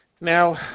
Now